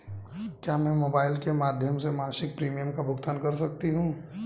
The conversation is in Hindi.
क्या मैं मोबाइल के माध्यम से मासिक प्रिमियम का भुगतान कर सकती हूँ?